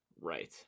Right